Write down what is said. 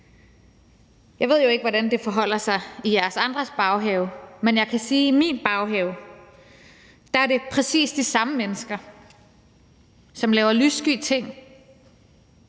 Jeg ved jo ikke, hvordan det forholder sig i jeres andres baghave, men jeg kan sige, at i min baghave er det præcis de samme mennesker, som laver lyssky ting,